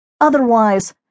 Otherwise